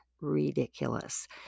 ridiculous